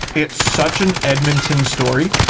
it's such an edmonton story.